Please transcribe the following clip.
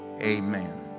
amen